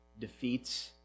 defeats